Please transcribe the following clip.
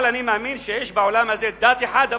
אבל אני מאמין שיש בעולם הזה דת אחת,